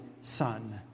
son